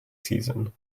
season